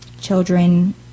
children